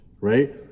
Right